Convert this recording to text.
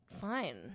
fine